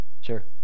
sure